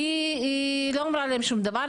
לא אמרה להם דבר,